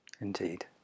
Indeed